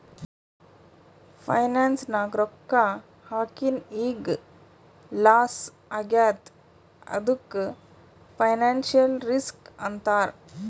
finance ನಾಗ್ ರೊಕ್ಕಾ ಹಾಕಿನ್ ಈಗ್ ಲಾಸ್ ಆಗ್ಯಾದ್ ಅದ್ದುಕ್ ಫೈನಾನ್ಸಿಯಲ್ ರಿಸ್ಕ್ ಅಂತಾರ್